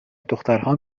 دخترها